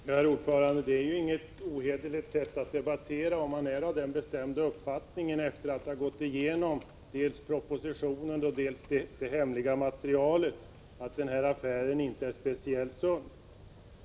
Herr talman! Det är inte ett ohederligt sätt att debattera, om man efter att ha gått igenom dels propositionen, dels det hemliga materialet är av den bestämda uppfattningen att denna affär inte är speciellt sund.